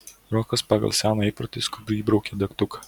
rokas pagal seną įprotį skubiai įbraukė degtuką